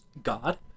God